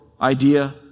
idea